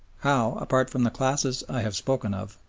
how, apart from the classes i have spoken of,